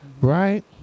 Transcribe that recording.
right